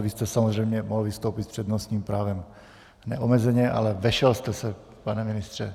Vy jste samozřejmě mohl vystoupit s přednostním právem neomezeně, ale vešel jste se, pane ministře.